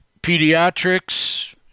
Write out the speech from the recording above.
pediatrics